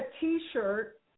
T-shirt